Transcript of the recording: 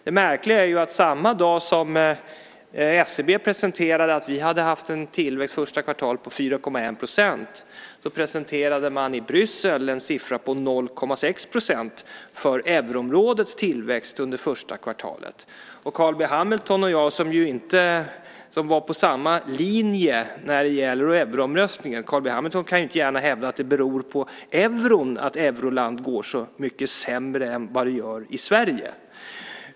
Det märkliga är att samma dag som SCB presenterade att vi hade haft en tillväxt det första kvartalet på 4,1 % presenterade man i Bryssel en siffra på 0,6 % för euroområdets tillväxt under första kvartalet. Carl B Hamilton och jag var på samma linje i euroomröstningen, och Carl B Hamilton kan ju inte gärna hävda att det beror på euron att det i euroland går så mycket sämre än vad det gör i Sverige.